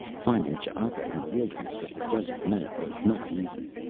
finding ch'aka in the wilderness of the desert night was not easy,